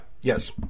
yes